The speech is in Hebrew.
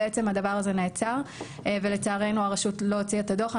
בעצם הדבר הזה נעצר ולצערנו הרשות לא הוציאה את הדוח.